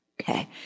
okay